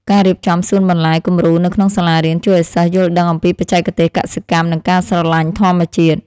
ការរៀបចំសួនបន្លែគំរូនៅក្នុងសាលារៀនជួយឱ្យសិស្សយល់ដឹងអំពីបច្ចេកទេសកសិកម្ម និងការស្រឡាញ់ធម្មជាតិ។